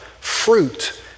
fruit